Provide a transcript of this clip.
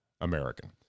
American